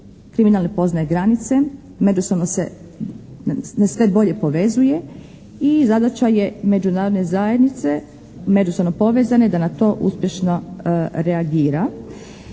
kriminal ne poznaje granice, međusobno se sve bolje povezuje i zadaća je međunarodne zajednice međusobno povezane da na to uspješno reagira.